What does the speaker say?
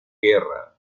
guerra